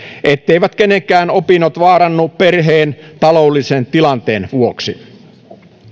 etteivät kenenkään opinnot vaarannu perheen taloudellisen tilanteen vuoksi